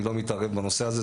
אני לא מתערב בנושא הזה,